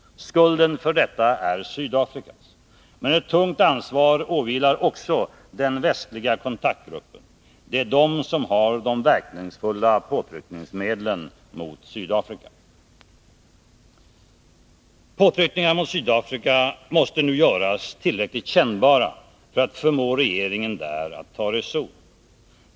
Skulden för detta är Sydafrikas. Men ett tungt ansvar åvilar också den västliga kontaktgruppen, som innehar de verkningsfulla påtryckningsmedlen mot Sydafrika. Påtryckningarna mot Sydafrika måste nu göras tillräckligt kännbara för att förmå regeringen där att ta reson.